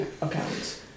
account